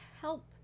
help